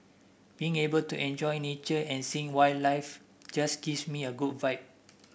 being able to enjoy nature and seeing wildlife just gives me a good vibe